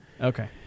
Okay